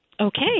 Okay